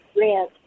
Red